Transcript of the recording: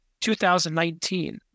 2019